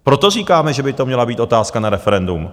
Proto říkáme, že by to měla být otázka na referendum.